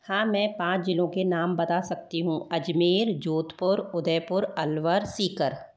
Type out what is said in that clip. हाँ मैं पाँच ज़िलों के नाम बता सकती हूँ अजमेर जोधपुर उदयपुर अलवर सीकर